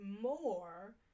more